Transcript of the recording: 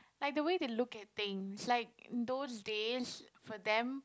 like the way they look at things like those days for them